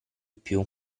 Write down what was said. più